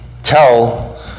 Tell